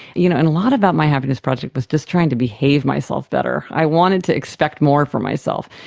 you know and a lot about my happiness project was just trying to behave myself better. i wanted to expect more from myself,